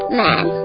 man